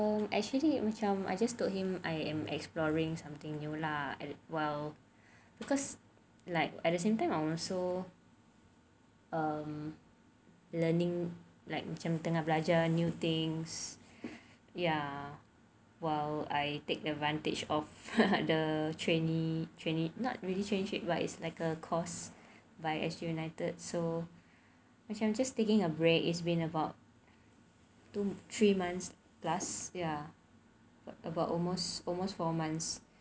um actually macam I just told him I am exploring something new lah while because like at the same time also um learning like macam tengah belajar new things ya while I take advantage of the trainee trainee not really trainee right it's like a course by S_G united so macam I'm just taking a break it's been about two three months plus ya about almost almost four months